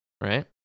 Right